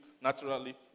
naturally